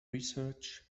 research